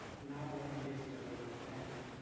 not what he is doing, thank you.